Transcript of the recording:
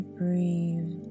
breathe